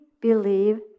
believe